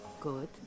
Good